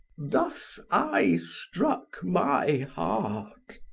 thus i struck my heart.